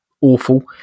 awful